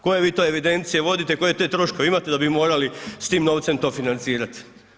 Koje vi to evidencije vodite, koje te troškove imate da bi morali s tim novcem to financirat?